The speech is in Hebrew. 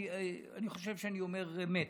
אני חושב שאני אומר אמת.